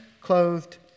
clothed